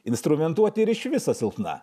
instrumentuotė ir iš viso silpna